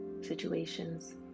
situations